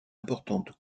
importantes